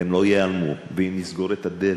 הם לא ייעלמו, ואם נסגור את הדלת,